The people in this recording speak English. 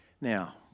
Now